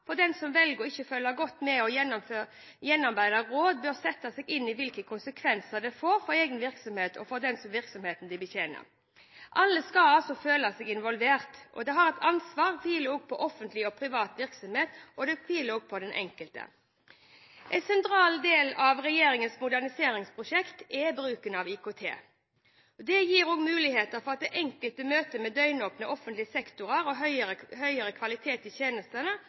som velger å ikke følge gode og gjennomarbeidede råd, bør sette seg inn i hvilke konsekvenser det får for egen virksomhet, og for dem som virksomheten betjener. Alle skal føle seg involvert. Det er et ansvar som hviler på offentlig og privat virksomhet, og det hviler også på den enkelte. En sentral del av regjeringens moderniseringsprosjekt er bruken av IKT. Det gir muligheter for at den enkelte møter en døgnåpen offentlig sektor, høyere kvalitet i tjenestene,